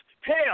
Hell